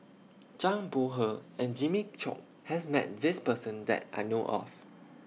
Zhang Bohe and Jimmy Chok has Met This Person that I know of